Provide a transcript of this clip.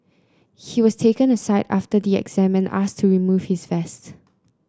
he was taken aside after the exam and asked to remove his vest